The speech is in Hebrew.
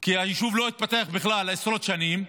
כי היישוב לא התפתח בכלל עשרות שנים,